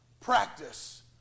practice